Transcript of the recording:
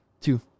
Two